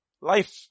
life